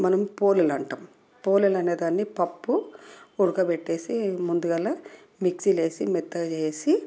మనం పోలేలు అంటాం పోలేలు అనేదాన్ని పప్పు ఉడకబెట్టేసి ముందుగాల మిక్సిలో వేసి మెత్తగా చేసి